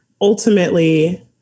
ultimately